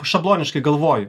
šabloniškai galvoju